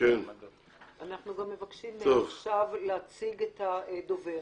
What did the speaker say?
אנחנו מבקשים להציג את הדובר.